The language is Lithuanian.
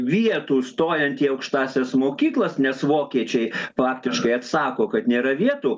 vietų stojant į aukštąsias mokyklas nes vokiečiai faktiškai atsako kad nėra vietų